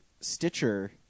Stitcher